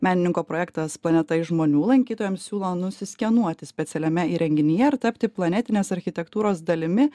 menininko projektas planeta iš žmonių lankytojams siūlo nusiskenuoti specialiame įrenginyje ir tapti planetinės architektūros dalimi